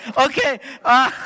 Okay